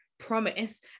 Promise